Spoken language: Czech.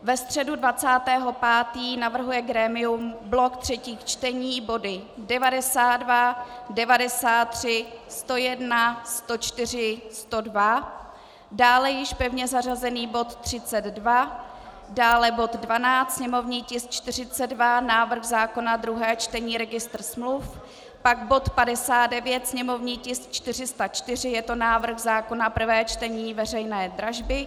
Ve středu 20. 5. navrhuje grémium blok třetích čtení, body 92, 93, 101, 104 a 102, dále již pevně zařazený bod 32, dále bod 12, sněmovní tisk 42, návrh zákona, druhé čtení, registr smluv, pak bod 59, sněmovní tisk 404, je to návrh zákona, prvé čtení, veřejné dražby.